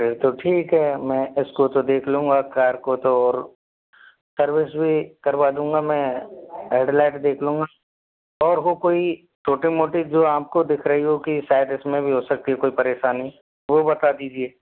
फिर तो ठीक है मैं इसको तो देख लूँगा कार को तो और सर्विस भी करवा दूँगा मैं हेडलाइट देख लूँगा और हो कोई छोटी मोटी जो आपको दिख रही होगी शायद इसमें भी हो सकती है कोई परेशानी वह बता दीजिए